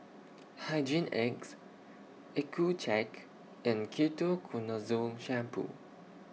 Hygin X Accucheck and Ketoconazole Shampoo